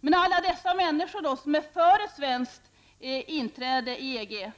Men alla dessa människor som är för ett svenskt inträde i EG,